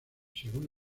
según